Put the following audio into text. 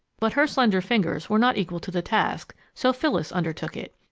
but her slender fingers were not equal to the task, so phyllis undertook it.